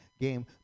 game